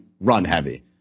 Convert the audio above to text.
run-heavy